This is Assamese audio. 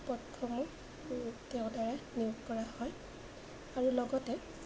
পদসমূহ তেওঁৰদ্বাৰাই নিয়োগ কৰা হয় আৰু লগতে